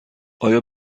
آیا